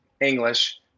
English